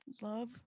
Love